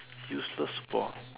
useless power